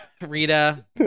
rita